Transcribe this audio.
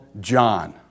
John